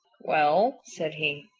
well, said he,